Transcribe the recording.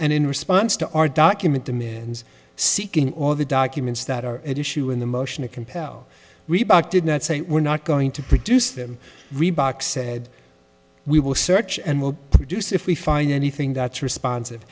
and in response to our document demands seeking all the documents that are at issue in the motion to compel reebok did not say we're not going to produce them reebok said we will search and will produce if we find anything that's responsive